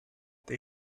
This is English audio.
they